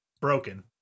Broken